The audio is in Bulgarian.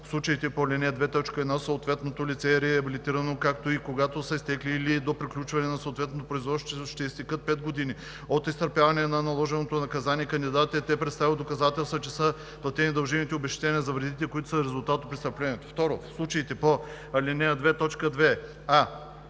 в случаите по ал. 2, т. 1 съответното лице е реабилитирано, както и когато са изтекли или до приключване на съответното производство ще изтекат 5 години от изтърпяване на наложеното наказание и кандидатът е представил доказателства, че са платени дължимите обезщетения за вредите, които са резултат от престъплението; 2. в случаите по ал. 2,